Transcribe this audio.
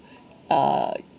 err